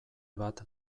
bat